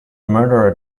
murderer